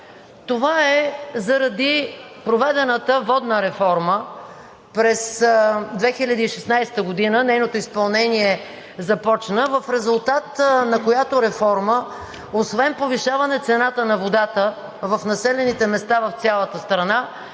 Това е заради проведената водна реформа, нейното изпълнение започна през 2016 г., в резултат на която реформа, освен повишаване цената на водата в населените места в цялата страна,